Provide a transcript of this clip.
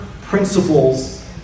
principles